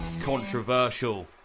controversial